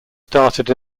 started